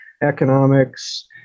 Economics